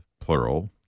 Plural